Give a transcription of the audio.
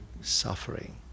suffering